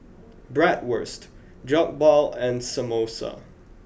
Bratwurst Jokbal and Samosa